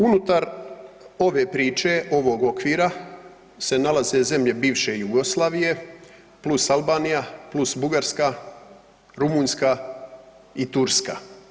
Unutar ove priče, ovog okvira se nalaze zemlje bivše Jugoslavije plus Albanija, plus Bugarska, Rumunjska i Turska.